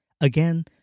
Again